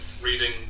reading